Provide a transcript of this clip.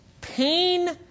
pain